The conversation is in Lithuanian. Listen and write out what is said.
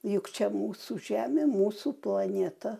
juk čia mūsų žemė mūsų planeta